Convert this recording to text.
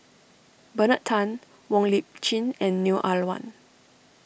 Bernard Tan Wong Lip Chin and Neo Ah Luan